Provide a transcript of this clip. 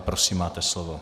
Prosím, máte slovo.